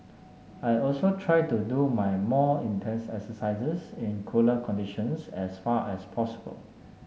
I also try to do my more intense exercises in cooler conditions as far as possible